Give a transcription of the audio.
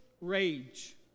rage